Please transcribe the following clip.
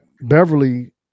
Beverly